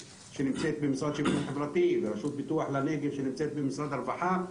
במשרד לשוויון חברתי וברשות פיתוח הנגב שנמצא במשרד הרווחה,